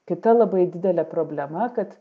kita labai didelė problema kad